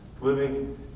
living